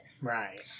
Right